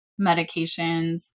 medications